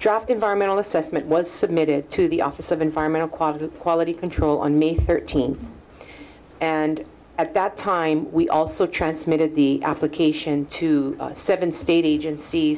draft environmental assessment was submitted to the office of environmental quality quality control on may thirteenth and at that time we also transmitted the application to seven state agencies